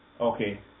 Okay